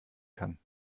kann